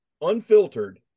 unfiltered